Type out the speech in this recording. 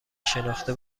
شناخته